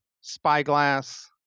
spyglass